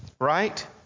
right